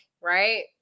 right